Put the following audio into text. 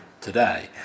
today